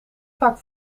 vaak